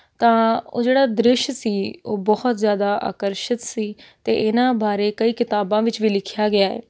ਤਾਂ ਉਹ ਜਿਹੜਾ ਦ੍ਰਿਸ਼ ਸੀ ਉਹ ਬਹੁਤ ਜ਼ਿਆਦਾ ਆਕਰਸ਼ਿਤ ਸੀ ਅਤੇ ਇਹਨਾਂ ਬਾਰੇ ਕਈ ਕਿਤਾਬਾਂ ਵਿੱਚ ਵੀ ਲਿਖਿਆ ਗਿਆ ਹੈ